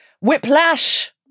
Whiplash